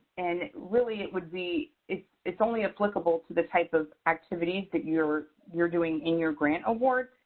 and really it would be, it's it's only applicable to the type of activities that you're you're doing in your grant awards.